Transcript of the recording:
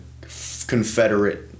confederate